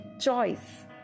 choice